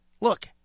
look